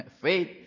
Faith